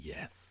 Yes